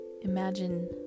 Imagine